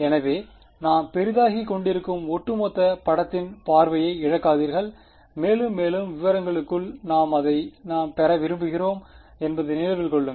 எனவே நாம் பெரிதாக்கிக் கொண்டிருக்கும் ஒட்டுமொத்த படத்தின் பார்வையை இழக்காதீர்கள் மேலும் மேலும் விவரங்களுக்குள் ஆனால் அதை நாம் பெற விரும்புகிறோம் என்பதை நினைவில் கொள்ளுங்கள்